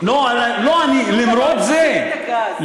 תשובה לא המציא את הגז.